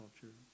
culture